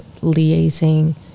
liaising